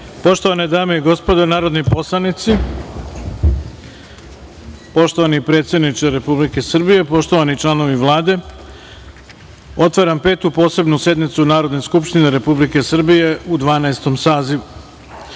Poštovane dame i gospodo narodni poslanici, poštovani predsedniče Republike Srbije, poštovani članovi Vlade, otvaram Petu posebnu sednicu Narodne skupštine Republike Srbije u Dvanaestom